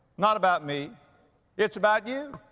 not about me it's about you.